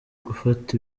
gufata